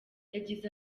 yagize